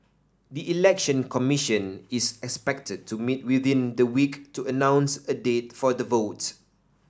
the Election Commission is expected to meet within the week to announce a date for the vote